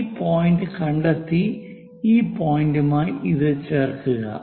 ഈ പോയിന്റ് കണ്ടെത്തി ഈ പോയിന്റുമായി ഇത് ചേർക്കുക